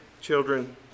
children